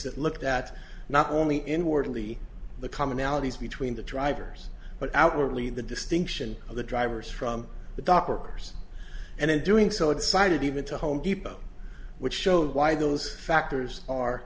it looked at not only inwardly the commonalities between the drivers but outwardly the distinction of the drivers from the dock workers and in doing so decided even to home depot which showed why those factors are